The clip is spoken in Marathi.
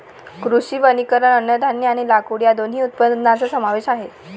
कृषी वनीकरण अन्नधान्य आणि लाकूड या दोन्ही उत्पादनांचा समावेश आहे